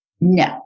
No